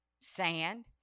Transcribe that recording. sand